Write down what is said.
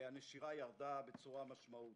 והנשירה ירדה משמעותית.